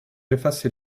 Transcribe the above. effacer